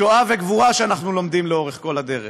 שואה וגבורה, שאנחנו לומדים לאורך כל הדרך.